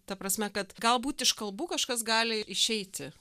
ta prasme kad galbūt iš kalbų kažkas gali išeiti